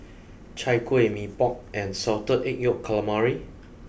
Chai Kuih Mee Pok and Salted Egg Yolk Calamari